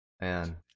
man